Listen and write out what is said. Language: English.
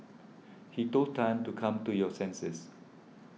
he told Tan to come to your senses